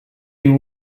you